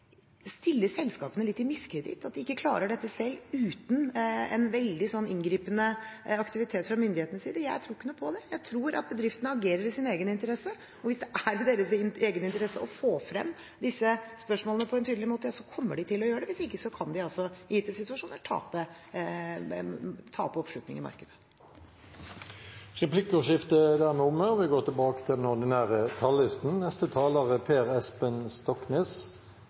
veldig inngripende aktivitet fra myndighetenes side. Jeg tror ikke noe på det. Jeg tror at bedriftene agerer i sin egen interesse, og hvis det er i deres egen interesse å få frem disse spørsmålene på en tydelig måte, så kommer de til å gjøre det. Hvis ikke kan de i gitte situasjoner tape oppslutning i markedet. Replikkordskiftet er dermed omme.